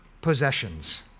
possessions